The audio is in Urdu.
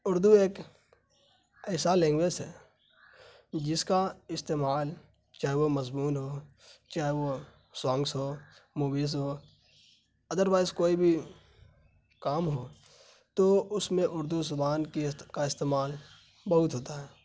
اردو ایک ایسا لینگویس ہے جس کا استعمال چاہے وہ مضمون ہو چاہے وہ سانگس ہو موویز ہو ادر وائس کوئی بھی کام ہو تو اس میں اردو زبان کی کا استعمال بہت ہوتا ہے